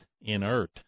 inert